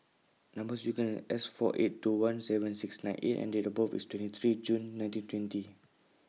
Number sequence IS S four eight two one seven six nine A and Date of birth IS twenty three June nineteen twenty